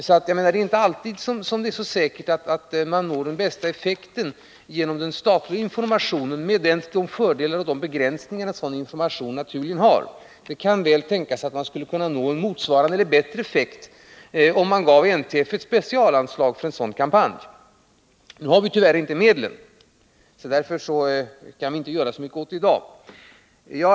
Det är alltså inte alltid så säkert att man når den bästa effekten genom den statliga informationen, med de fördelar och begränsningar som den naturligen har. Det kan mycket väl tänkas att man skulle kunna nå en motsvarande eller bättre effekt genom att ge NTF ett specialanslag för en sådan kampanj. Men nu har vi tyvärr inte de här medlen, så därför kan vi inte göra så mycket åt detta i dag.